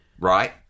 right